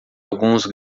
alguns